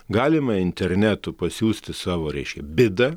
galima internetu pasiųsti savo reiškia bidą